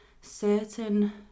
certain